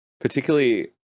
Particularly